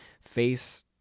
face